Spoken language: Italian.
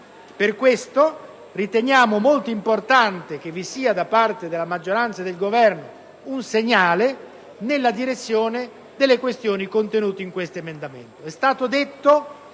Per questo, riteniamo molto importante che vi sia da parte della maggioranza e del Governo un segnale nella direzione delle questioni contenute in questo emendamento.